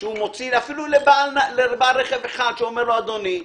שהוא מוציא אפילו בעל רכב אחד, שאומר: אדוני,